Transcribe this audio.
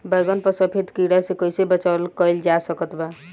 बैगन पर सफेद कीड़ा से कैसे बचाव कैल जा सकत बा?